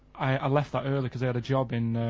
i, i left that early, cause i had a job in,